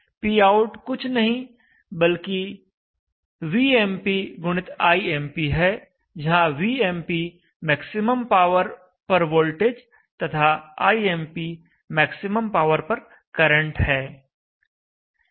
Pout कुछ नहीं बल्कि Vmp गुणित Imp है जहां Vmp मैक्सिमम पावर पर वोल्टेज तथा Imp मैक्सिमम पावर पर करंट है